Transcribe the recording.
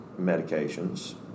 medications